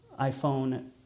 iPhone